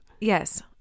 Yes